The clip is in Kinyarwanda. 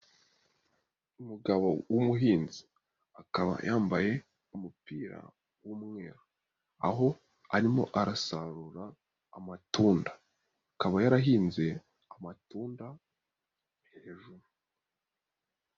Umugabo w'umuhinzi akaba yambaye umupira w'umweru aho arimo arasarura amatunda, akaba yarahinze amatunda hejuru.